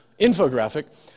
infographic